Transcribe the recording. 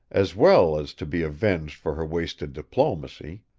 as well as to be avenged for her wasted diplomacy,